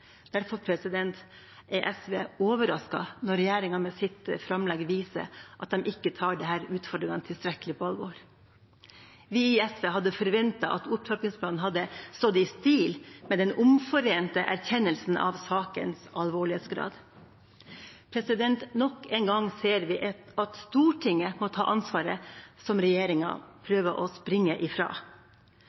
Derfor er SV overrasket når regjeringa med sitt framlegg viser at de ikke tar disse utfordringene tilstrekkelig på alvor. Vi i SV hadde forventet at opptrappingsplanen hadde stått i stil med den omforente erkjennelsen av sakens alvorlighetsgrad. Nok en gang ser vi at Stortinget må ta ansvaret som regjeringa prøver å springe